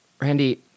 Randy